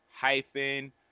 hyphen